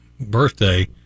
birthday